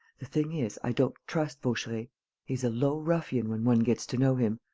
the thing is, i don't trust vaucheray he's a low ruffian when one gets to know him.